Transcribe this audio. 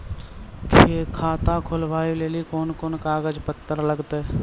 खाता खोलबाबय लेली कोंन कोंन कागज पत्तर लगतै?